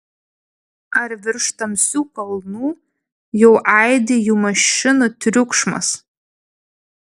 ar virš tamsių kalnų jau aidi jų mašinų triukšmas